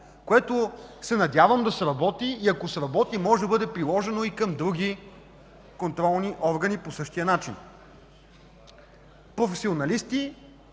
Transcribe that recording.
което се надявам да сработи и ако сработи може да бъде приложено и към други контролни органи по същия начин. Професионалисти